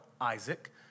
Isaac